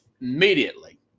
immediately